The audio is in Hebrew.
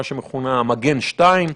מה שמכונה המגן 2,